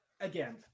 Again